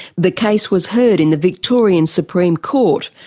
the case was heard in the victorian supreme court,